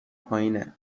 پایینه